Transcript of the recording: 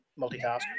multitask